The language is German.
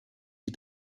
die